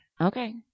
Okay